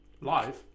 Live